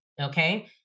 Okay